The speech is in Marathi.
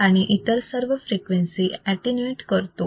आणि इतर सर्व फ्रिक्वेन्सी अटीन्यूएट करतो